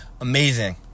amazing